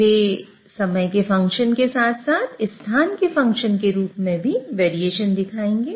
वे समय के फंक्शन के साथ साथ स्थान के फंक्शन के रूप में भी वेरिएशन दिखाएंगे